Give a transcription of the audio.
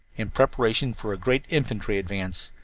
in preparation for a great infantry advance.